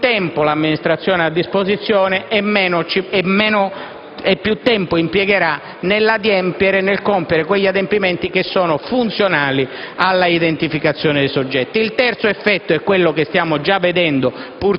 più tempo l'amministrazione ha a disposizione e più tempo impiegherà nel compiere gli adempimenti funzionali all'identificazione dei soggetti. Il terzo effetto è quello che, purtroppo, stiamo già vedendo